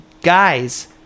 guys